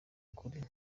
ukuri